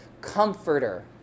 comforter